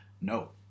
no